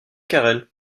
carel